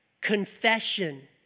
Confession